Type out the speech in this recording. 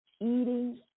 eating